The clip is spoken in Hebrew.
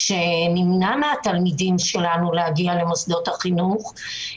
כשנמנע מן התלמידים שלנו להגיע למוסדות החינוך,